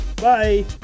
Bye